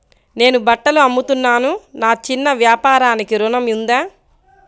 నేను బట్టలు అమ్ముతున్నాను, నా చిన్న వ్యాపారానికి ఋణం ఉందా?